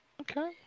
Okay